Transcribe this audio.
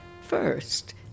First